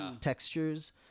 textures